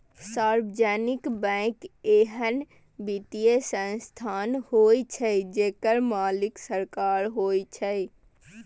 सार्वजनिक बैंक एहन वित्तीय संस्थान होइ छै, जेकर मालिक सरकार होइ छै